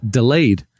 delayed